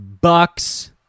Bucks